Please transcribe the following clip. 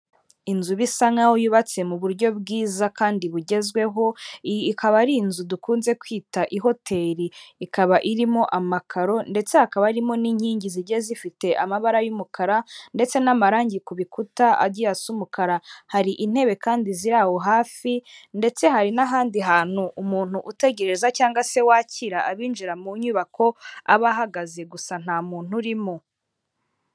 Inzu bisa nkaho yubatse mu buryo bwiza kandi bugezweho, ikaba ari inzu dukunze kwita ihoteli. Ikaba irimo amakaro ndetse hakaba arimo n'inkingi zijya zifite amabara y'umukara ndetse n'amarangi ku bikuta asa umukara. Hari intebe kandi ziri aho hafi, ndetse hari n'ahandi hantu umuntu utegereza cyangwa se wakira abinjira mu nyubako, aba ahagaze; gusa nta muntu urimo.